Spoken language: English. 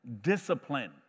discipline